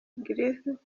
griffith